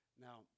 Now